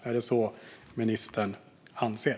Är det vad ministern anser?